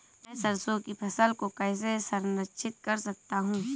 मैं सरसों की फसल को कैसे संरक्षित कर सकता हूँ?